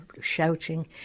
shouting